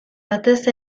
batez